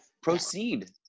Proceed